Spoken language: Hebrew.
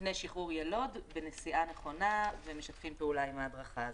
לפני שחרור ילוד בנסיעה נכונה ומשתפים פעולה עם ההדרכה הזאת.